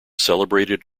celebrated